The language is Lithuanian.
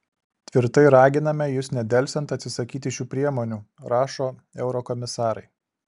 tvirtai raginame jus nedelsiant atsisakyti šių priemonių rašo eurokomisarai